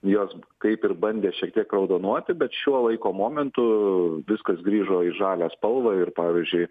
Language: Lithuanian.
jos kaip ir bandė šiek tiek raudonuoti bet šiuo laiko momentu viskas grįžo į žalią spalvą ir pavyzdžiui